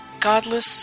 godless